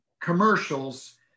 commercials